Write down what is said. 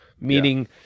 Meaning